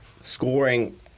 scoring